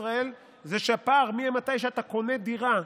ישראל היא שהפער בין הזמן שאתה קונה דירה,